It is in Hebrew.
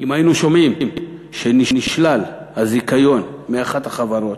אם היינו שומעים שנשלל הזיכיון מאחת החברות,